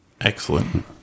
excellent